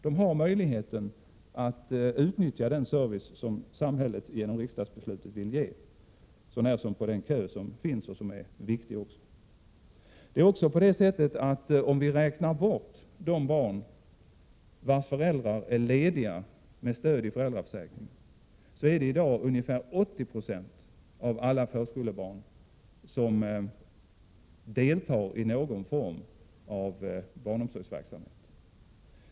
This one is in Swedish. De har möjlighet att utnyttja den service som samhället genom riksdagsbeslutet vill ge, så när som på den kö som finns och som också är viktig. Om vi räknar bort de barn vilkas föräldrar är lediga med stöd av föräldraförsäkringen, finner vi att ungefär att 80 26 av alla förskolebarn deltar i någon form av barnomsorgsverksamhet.